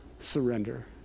surrender